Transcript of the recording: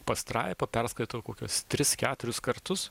pastraipą perskaitau kokius tris keturis kartus